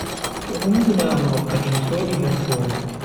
Do numtina am wakkati mi sodi va'etenga am.